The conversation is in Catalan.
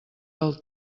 del